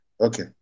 Okay